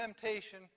temptation